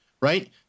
right